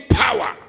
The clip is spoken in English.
power